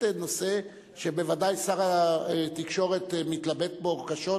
נושא שבוודאי שר התקשורת מתלבט בו קשות,